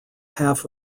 half